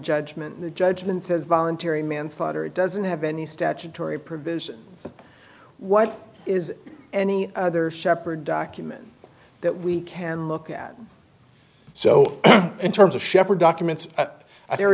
judgment the judgment is voluntary manslaughter it doesn't have any statutory provision what is any other shepherd document that we can look at so in terms of shepherd documents there